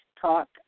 Talk